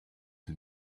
had